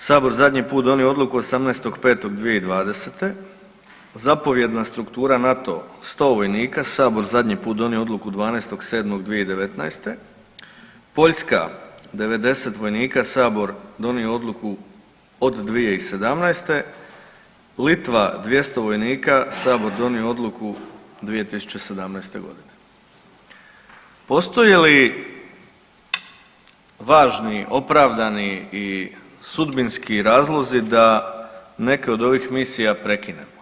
Sabor zadnji put donio odluku 18.5.2020., zapovjedna struktura NATO-a 100 vojnika Sabor zadnji put donio odluku 12.7.2019., Poljska 90 vojnika Sabor donio odluku od 2017., Litva 200 vojnika Sabor donio odluku 2017.g. Postoji li važni opravdani i sudbinski razlozi da neke od ovih misija prekinemo?